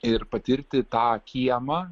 ir patirti tą kiemą